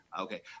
Okay